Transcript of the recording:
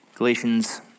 Galatians